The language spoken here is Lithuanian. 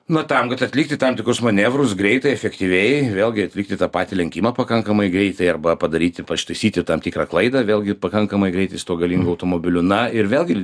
na tam kad atlikti tam tikrus manevrus greitai efektyviai vėlgi atlikti tą patį lenkimą pakankamai greitai arba padaryti pa ištaisyti tam tikrą klaidą vėlgi pakankamai greitai su tuo galingu automobiliu na ir vėlgi